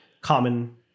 common